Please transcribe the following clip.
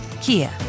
Kia